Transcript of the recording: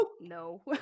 no